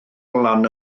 lan